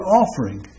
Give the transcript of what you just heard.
offering